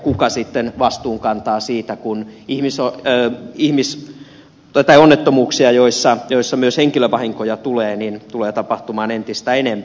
kuka sitten vastuun kantaa siitä kun onnettomuuksia joissa myös henkilövahinkoja tulee tulee tapahtumaan entistä enempi